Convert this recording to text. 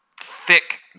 Thick